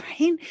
right